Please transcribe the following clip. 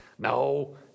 No